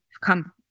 come